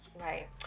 right